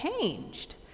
changed